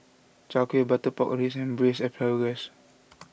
Chai Kueh Butter Pork reason Braised Asparagus